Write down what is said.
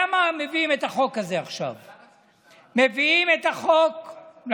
למה מביאים את החוק הזה עכשיו?